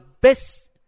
best